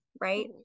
right